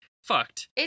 Fucked